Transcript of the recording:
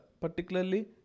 particularly